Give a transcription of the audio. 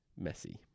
messy